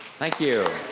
thank you.